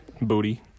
booty